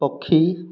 ପକ୍ଷୀ